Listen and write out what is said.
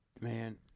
Man